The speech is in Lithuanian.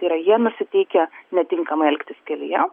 tai yra jie nusiteikę netinkamai elgtis kelyje